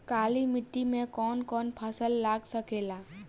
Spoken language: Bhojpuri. काली मिट्टी मे कौन कौन फसल लाग सकेला?